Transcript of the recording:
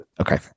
okay